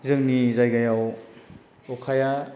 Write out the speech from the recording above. जोंनि जायगायाव अखाया